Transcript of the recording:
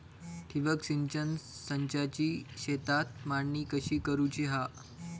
ठिबक सिंचन संचाची शेतात मांडणी कशी करुची हा?